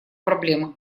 проблема